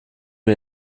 mir